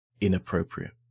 inappropriate